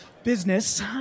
business